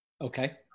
Okay